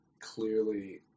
Clearly